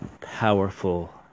powerful